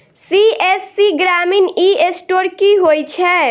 CSC ग्रामीण e store की होइ छै?